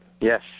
Yes